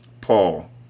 Paul